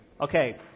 Okay